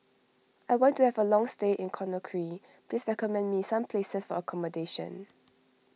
I want to have a long stay in Conakry please recommend me some places for accommodation